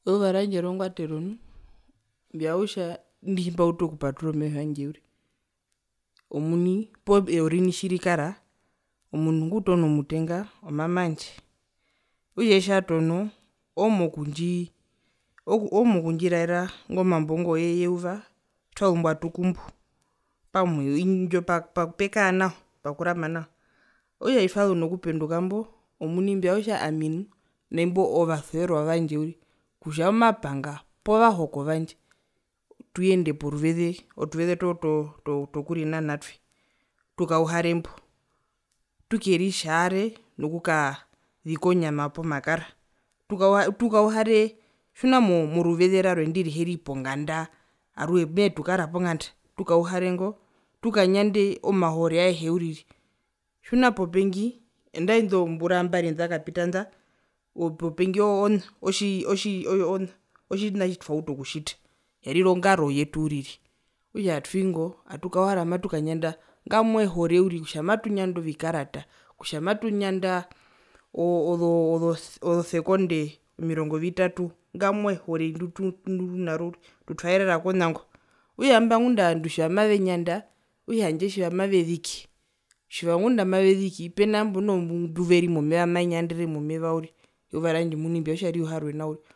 Eyuva randje rongwatero nu mbivanga kutja indi tjimbautu okupaturura omeho yandje uriri omuni poo orini tjirikara omundu ngutona omutenga omama wandje okutja eye tjatono oomokundjii omokundjiraera ingo mambo ngoye yeyuva tjazumbo atukumbu pamwe indjo pekaa nao pakurama nao, okutja tjitwazu nokupenduka mbo omuni mbivanga kutja ami nu naimbo vasuverwa vandje uriri kutja omapanga poo vahoko vandje tuyende poruveze otuveze ito to to tokurinana twi tukauhare mbo tukeritjaare nokuka zika onyama yopomakara tukaatukauhare tjina moruveze rwarwe ndiriheri ponganda aruhe mehee tukara ponganda tukauhare ngo tukanyande omahore aehe uriri tjina popengi andae indo zombura mbari ndakapita nda po popengi oo o ona otji otji oo ona otjina tjitwauta okutjita yarira ongaro yetu uriri okutja atwii ngo atukauhara amatukanyanda ngamwa ehore uriri kutja matunyanda ovikarata kutja matunyanda oo o o ozosekonde omirongo vitatu ngamwa ehore nditunaro uriri tutwaerera konango, okutja imba ngunda ovandu tjiva okutja handje tjiva maveziki tjiva ngunda amaveziki pena imbo noho mbu mavenyandere momeva uriri eyuva randje omuni mbivanga kutja riuharwe nao uriri.